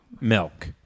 milk